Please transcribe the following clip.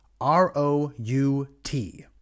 R-O-U-T